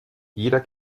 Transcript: jeder